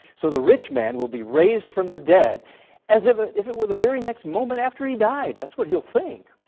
so the rich man will be raised from the dead as if it if it were the very next moment after he died. that's what he'll think.